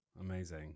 Amazing